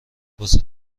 واسه